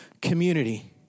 community